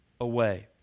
away